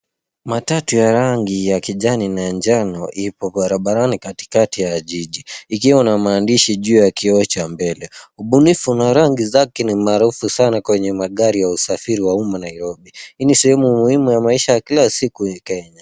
Matatu ya rangi ya kijani na njano ipo barabarani katikati ya jiji ikiwa na maandishi juu ya kioo cha mbele. Ubunifu na rangi zake ni maarufu sana kwenye magari ya usafiri wa umma Nairobi. Hii ni sehemu muhimu ya maisha ya kila siku ya Kenya.